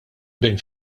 bejn